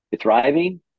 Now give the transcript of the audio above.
Thriving